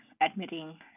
admitting